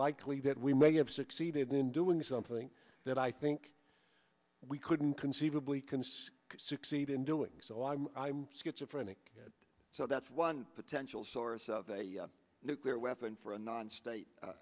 likely that we may have succeeded in doing something that i think we couldn't conceivably concede succeed in doing so i'm i'm schizophrenia so that's one potential source of a nuclear weapon for a non state